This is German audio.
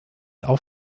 auf